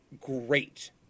great